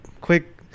quick